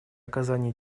оказания